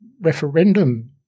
referendum